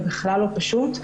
זה בכלל לא פשוט,